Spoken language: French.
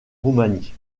roumanie